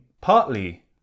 partly